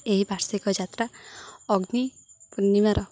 ଏହି ବାର୍ଷିକ ଯାତ୍ରା ଅଗ୍ନି ପୂର୍ଣ୍ଣିମାର